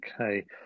Okay